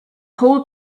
whole